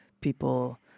people